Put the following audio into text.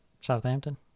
Southampton